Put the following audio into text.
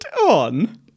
on